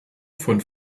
von